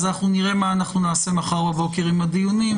אנחנו נראה מה אנחנו נעשה מחר בבוקר עם הדיונים.